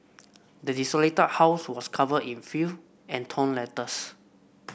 the desolated house was covered in filth and torn letters